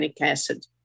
acid